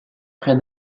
près